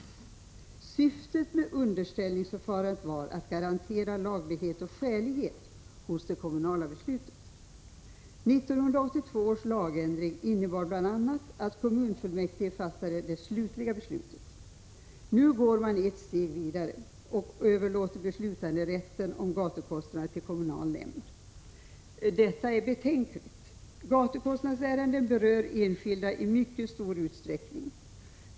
Z Syftet med underställningsförfarandet var att garantera laglighet och skälighet hos det kommunala beslutet. 1982 års lagändring innebar bl.a. att kommunfullmäktige fattade det slutliga beslutet. Nu går man ett steg vidare och överlåter beslutanderätten avseende gatukostnader till kommunal nämnd. Detta är betänkligt. Gatukostnadsärenden berör enskilda i mycket stor utsträckning.